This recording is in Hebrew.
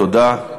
תודה.